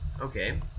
Okay